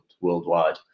worldwide